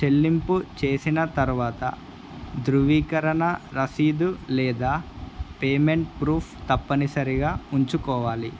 చెల్లింపు చేసిన తర్వాత ధ్రృవీకరణ రసీదు లేదా పేమెంట్ ప్రూఫ్ తప్పనిసరిగా ఉంచుకోవాలి